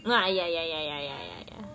ya ya ya ya ya ya